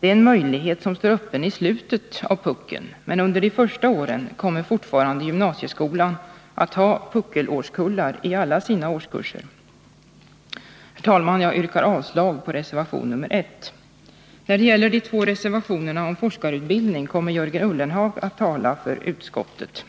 Det är en möjlighet som står öppen i slutet av puckeln. Men under de första åren kommer fortfarande gymnasieskolan att ha puckelårskullar i sina årskurser. Herr talman! Jag yrkar avslag på reservationen nr 1. När det gäller de två reservationerna om forskarutbildning kommer Jörgen Ullenhag att tala för utskottet.